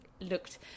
looked